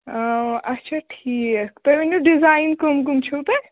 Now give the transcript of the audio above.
اَچھا ٹھیٖک تُہی ؤنِو ڈِزاین کٔمۍ کٔمۍ چھِو تۄہہِ